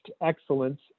excellence